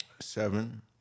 Seven